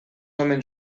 omen